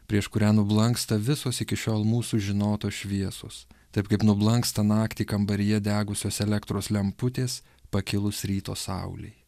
prieš kurią nublanksta visos iki šiol mūsų žinotos šviesos taip kaip nublanksta naktį kambaryje degusios elektros lemputės pakilus ryto saulei